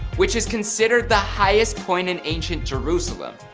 which is considered the highest point in ancient jerusalem.